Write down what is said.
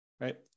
right